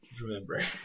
remember